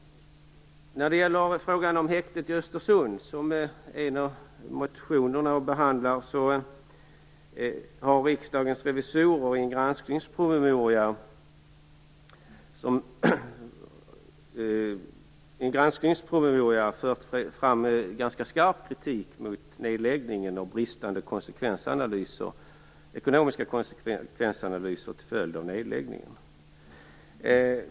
När det gäller frågan om häktet i Östersund, som en av motionerna behandlar, har Riksdagens revisorer i en granskningspromemoria fört fram ganska skarp kritik mot nedläggningen och bristande ekonomiska konsekvensanalyser om följden av nedläggningen.